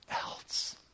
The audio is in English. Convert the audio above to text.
else